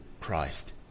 Christ